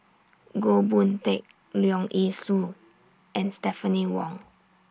Goh Boon Teck Leong Yee Soo and Stephanie Wong